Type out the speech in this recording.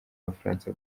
abafaransa